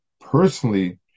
personally